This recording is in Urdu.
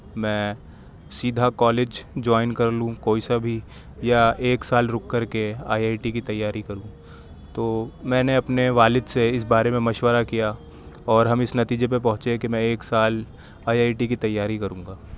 میں سیدھا کالج جوائن کر لوں کوئی سا بھی یا ایک سال رک کر کے آئی آئی ٹی کی تیاری کروں تو میں نے اپنے والد سے اس بارے میں مشورہ کیا اور ہم اس نتیجے پر پہ پہونچے کہ میں ایک سال آئی آئی ٹی کی تیاری کروں گا